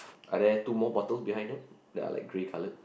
are there two more bottles behind them that are like grey coloured